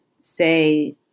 say